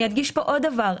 אדגיש פה עוד דבר,